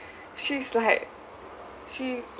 she's like she